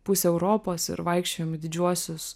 pusę europos ir vaikščiojom į didžiuosius